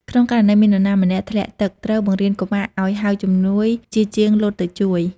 ក្នុងករណីមាននរណាម្នាក់ ធ្លាក់ទឹក ត្រូវបង្រៀនកុមារឱ្យហៅជំនួយជាជាងលោតទៅជួយ។